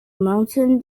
mountain